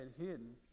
hidden